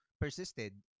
persisted